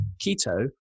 keto